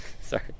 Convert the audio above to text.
Sorry